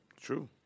True